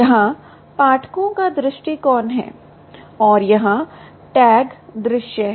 यहाँ पाठकों का दृष्टिकोण है और यहाँ टैग दृश्य है